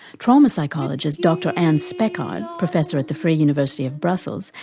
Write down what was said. trauma psychologist dr anne speckhard, professor at the free university of brussels,